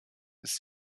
ist